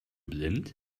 blind